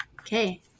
Okay